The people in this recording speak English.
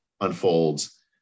unfolds